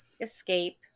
escape